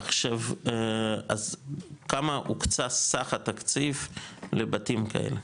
עכשיו אז כמה הוקצה סך התקציב לבתים כאלה?